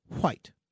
White